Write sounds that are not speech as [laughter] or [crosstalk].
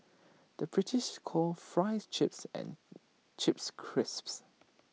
the British calls Fries Chips and [hesitation] Chips Crisps